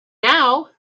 now